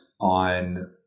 on